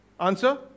answer